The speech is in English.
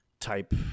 type